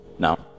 Now